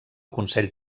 consell